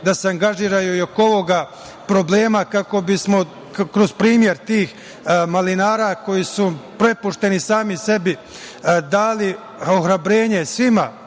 da se angažiraju oko ovog problema, kako bismo kroz primer tih malinara, koji su prepušteni sami sebi, dali ohrabrenje svima